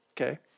okay